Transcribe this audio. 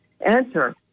enter